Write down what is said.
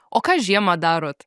o ką žiemą darot